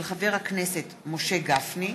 מאת חבר הכנסת משה גפני,